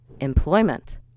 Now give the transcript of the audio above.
employment